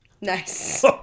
Nice